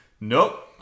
nope